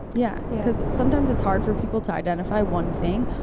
yeah yeah because sometimes it's hard for people to identify one thing,